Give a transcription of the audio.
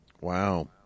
Wow